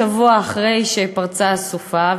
שבוע אחרי שפרצה הסופה,